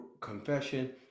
confession